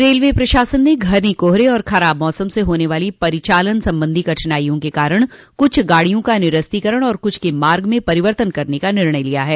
railway प्रशासन ने घने कोहरे और खराब मौसम से होने वाली परिचालन संबंधी कठिनाइयों के कारण कुछ गाड़ियों का निरस्तीकरण और कुछ के मार्ग में परिवर्तन करने का निर्णय लिया है